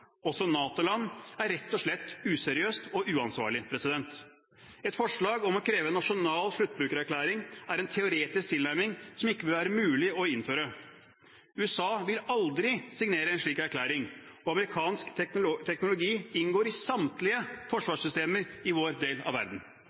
også NATO-land, er rett og slett useriøst og uansvarlig. Et forslag om å kreve en nasjonal sluttbrukererklæring er en teoretisk tilnærming som ikke vil være mulig å innføre. USA vil aldri signere en slik erklæring, og amerikansk teknologi inngår i samtlige forsvarssystemer i vår del av verden.